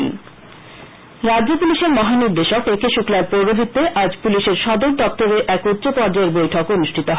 police বৈঠক রাজ্য পুলিশের মহা নির্দেশক এ কে শুক্লার পৌরহিত্যে আজ পুলিশ সদর দপ্তরে এক উষ্চ পর্যায়ের বৈঠক অনুষ্ঠিত হয়